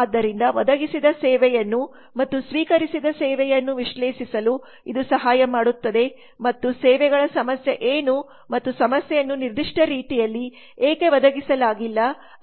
ಆದ್ದರಿಂದ ಒದಗಿಸಿದ ಸೇವೆಯನ್ನು ಮತ್ತು ಸ್ವೀಕರಿಸಿದ ಸೇವೆಯನ್ನು ವಿಶ್ಲೇಷಿಸಲು ಇದು ಸಹಾಯ ಮಾಡುತ್ತದೆ ಮತ್ತು ಸೇವೆಗಳ ಸಮಸ್ಯೆ ಏನು ಮತ್ತು ಸಮಸ್ಯೆಯನ್ನು ನಿರ್ದಿಷ್ಟ ರೀತಿಯಲ್ಲಿ ಏಕೆ ಒದಗಿಸಲಾಗಲಿಲ್ಲ